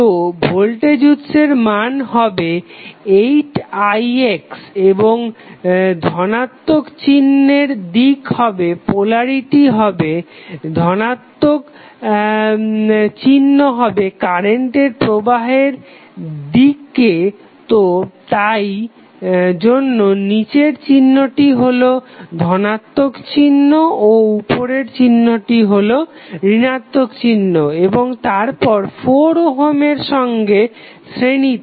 তো ভোল্টেজ উৎসের মান হবে 8ix এবং ধনাত্মক চিহ্নের দিক হবে পোলারিটি হবে ধনাত্মক চিহ্ন হবে কারেন্টের প্রবাহের দিকে তো তাই জন্য নিচের চিহ্নটি হলো ধনাত্মক চিহ্ন ও উপরের চিহ্নটি হলো ঋণাত্মক চিহ্ন এবং তারপর 4 ওহমের সঙ্গে শ্রেণীতে